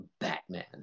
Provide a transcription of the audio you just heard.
Batman